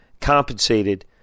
compensated